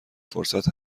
فرصت